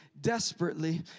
desperately